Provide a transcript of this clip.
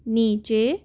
नीचे